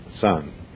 Son